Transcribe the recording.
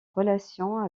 relations